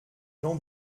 jean